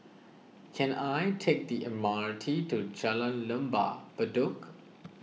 can I take the M R T to Jalan Lembah Bedok